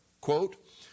Quote